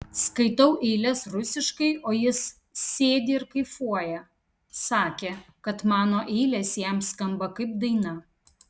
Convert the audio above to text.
skaitau eiles rusiškai o jis sėdi ir kaifuoja sakė kad mano eilės jam skamba kaip daina